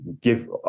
give